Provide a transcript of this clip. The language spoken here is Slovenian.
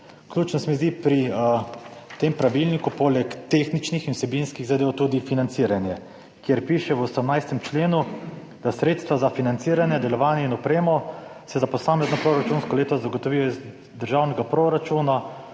Ključno pri tem pravilniku se mi zdi poleg tehničnih in vsebinskih zadev tudi financiranje, kjer v 18. členu piše, da se sredstva za financiranje, delovanje in opremo za posamezno proračunsko leto zagotovijo iz državnega proračuna,